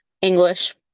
english